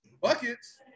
Buckets